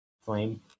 flame